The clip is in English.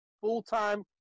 full-time